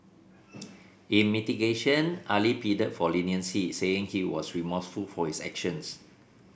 in mitigation Ali pleaded for leniency saying he was remorseful for his actions